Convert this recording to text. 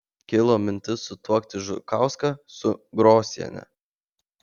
kilo mintis sutuokti žukauską su grosiene